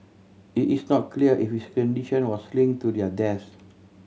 it is not clear if his condition was linked to their deaths